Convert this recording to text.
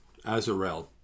Azarel